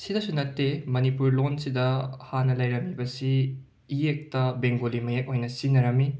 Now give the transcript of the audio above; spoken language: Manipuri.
ꯁꯤꯗꯁꯨ ꯅꯠꯇꯦ ꯃꯅꯤꯄꯨꯔ ꯂꯣꯟꯁꯤꯗ ꯍꯥꯟꯅ ꯂꯩꯔꯝꯃꯤꯕꯁꯤ ꯏꯌꯦꯛꯇ ꯕꯦꯡꯒꯣꯂꯤ ꯃꯌꯦꯛ ꯑꯣꯏꯅ ꯁꯤꯖꯤꯟꯅꯔꯝꯃꯤ